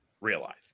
realize